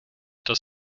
das